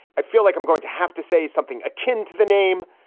i feel like i'm going to have to say something akin to the name.